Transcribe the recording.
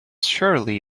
surely